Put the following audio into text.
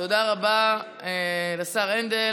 תודה רבה לשר הנדל.